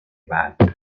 بعد